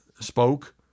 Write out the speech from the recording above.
spoke